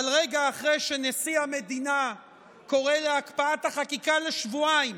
אבל רגע אחרי שנשיא המדינה קורא להקפאת החקיקה לשבועיים,